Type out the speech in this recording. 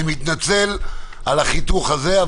אני מתנצל על החיתוך הזה.